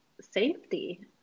safety